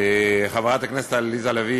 חברת הכנסת עליזה לביא